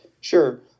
Sure